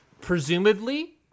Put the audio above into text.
Presumably